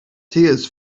tears